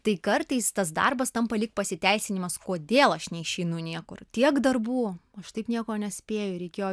tai kartais tas darbas tampa lyg pasiteisinimas kodėl aš neišeinu niekur tiek darbų aš taip nieko nespėju reikėjo